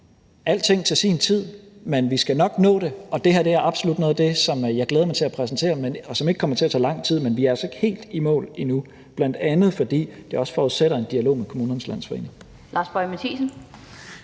Alting til sin tid, men vi skal nok nå det, og det her er absolut noget af det, som jeg glæder mig til at præsentere, og som ikke kommer til at tage lang tid. Men vi er altså ikke helt i mål endnu, bl.a. fordi det også forudsætter en dialog med Kommunernes Landsforening. Kl. 14:47 Den